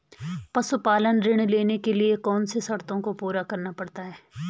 पशुपालन ऋण लेने के लिए कौन सी शर्तों को पूरा करना पड़ता है?